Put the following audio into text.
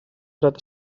dret